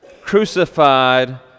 crucified